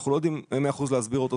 אנחנו לא יודעים מאה אחוז להסביר אותו,